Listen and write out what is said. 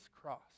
cross